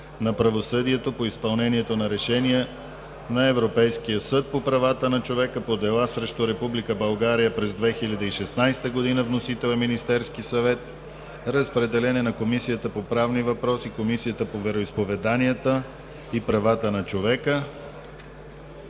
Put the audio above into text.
на правосъдието по изпълнението на решения на Европейския съд по правата на човека по дела срещу Република България през 2016 г. Вносител е Министерският съвет. Разпределен е на Комисията по правни въпроси и Комисията по вероизповеданията и правата на човека.